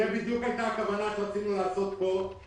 זאת בדיוק הייתה הכוונה ומה שרצינו לעשות כאן.